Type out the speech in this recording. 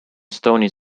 stony